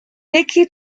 peki